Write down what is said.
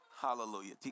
Hallelujah